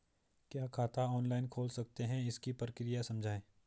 क्या खाता ऑनलाइन खोल सकते हैं इसकी प्रक्रिया समझाइए?